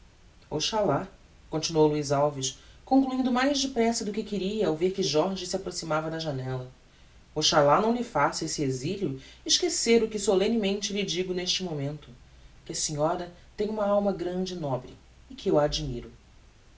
oxalá continuou luiz alves concluindo mais depressa do que queria ao ver que jorge se approximava da janella oxalá não lhe faça esse exilio esquecer o que solemnemente lhe digo neste momento que a senhora tem uma alma grande e nobre e que eu a